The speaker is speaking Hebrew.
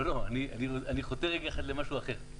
לא, אני חותר למשהו אחר.